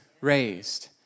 raised